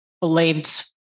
believed